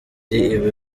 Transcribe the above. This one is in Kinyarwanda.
iba